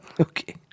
okay